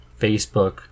Facebook